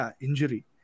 injury